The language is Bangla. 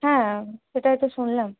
হ্যাঁ সেটাই তো শুনলাম